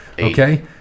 Okay